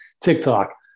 TikTok